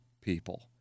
people